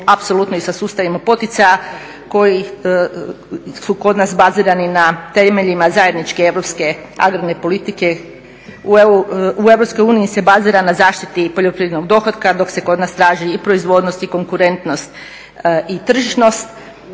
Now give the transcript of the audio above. apsolutno i sa sustavima poticaja koji su kod nas bazirani na temeljima zajedničke europske agrarne politike. U EU se bazira na zaštiti poljoprivrednog dohotka, dok se kod nas traži i proizvodnost i konkurentnost i tržišnost.